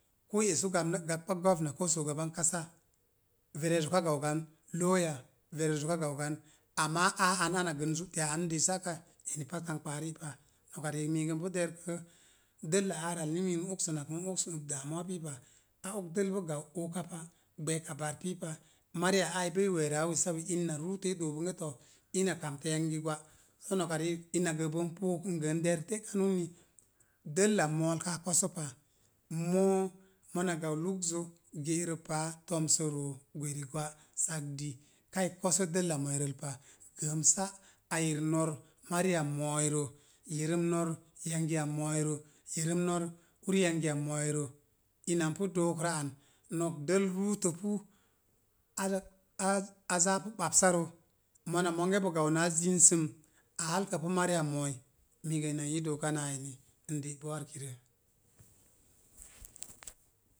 Koo i esu gakkpa gomna koo shugaban kasa, verezo ka gau gan. Loya verezo ka gau gan, amma aa a'n ana gən zu'teya andəi sa'ka eni pat kamkpaa rii pa, noka riik miigə npu de̱rkrə, dəlla aarə al ni mii n oksənak n oks daamuwa pii pa. A oks dəl boogau ookapa gbəəka baar pii pa, mariya aai boo i we̱e̱raa wessawe! In na ruutə i doo bonge to, ina kamtə yangi gwa, soo noka riik ina gə n puuk ngə n de̱rk te'kan uni, dəlla mool kaa ko̱sə pa, moo, mona gau lugzo, ge'rə paa tomsoro, gwerigwa, sagdi, kai ko̱sə dəlla mooirəl pa. Gəəmsa'a yer or mariya mooirə, yerəm, nor yangiya mooi rə, yerəm nor uri yangiya mooi rə, ina n pu dookrə an nok dəl ruutə pu, aza az a zaapu bapsarə, mona monge bo gau naa zinsum, a halkəpu mariya mooi, miigə ina n ii dookan aa eni. Nde pu arkirə